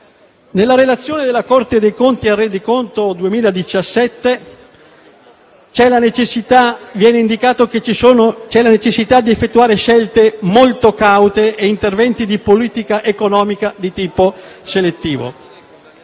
Nella relazione della Corte dei conti al rendiconto 2017 viene indicato che c'è la necessità di effettuare scelte molto caute e interventi di politica economica di tipo selettivo.